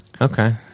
Okay